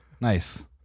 nice